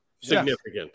Significant